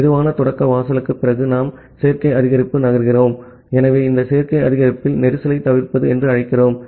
ஆகவே slow start வாசலுக்குப் பிறகு நாம் சேர்க்கை அதிகரிப்புக்கு நகர்கிறோம் ஆகவே இந்த சேர்க்கை அதிகரிப்பில் கஞ்சேஸ்ன்த் தவிர்ப்பது என்று அழைக்கிறோம்